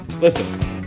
Listen